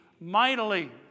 mightily